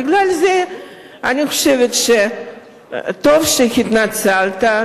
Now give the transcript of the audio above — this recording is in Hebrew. בגלל זה אני חושבת שטוב שהתנצלת.